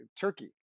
Turkey